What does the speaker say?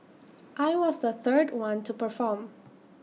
I was the third one to perform